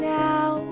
now